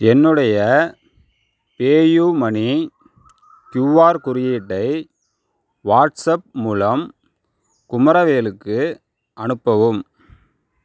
என்னுடைய PayUMoney QR குறியீட்டை WhatsApp மூலம் குமரவேலுக்கு அனுப்பவும்